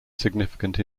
significant